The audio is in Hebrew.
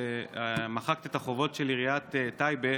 שמחקת את החובות של עיריית טייבה,